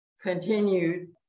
continued